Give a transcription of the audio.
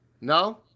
No